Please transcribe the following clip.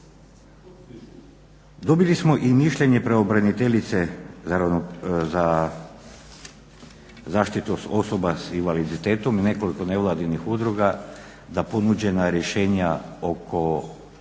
Dobili smo i mišljenje pravobranitelje za zaštitu osoba s invaliditetom i nekoliko nevladinih udruga da ponuđena rješenja oko